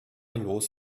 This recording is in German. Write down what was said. los